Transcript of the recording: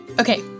Okay